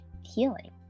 healing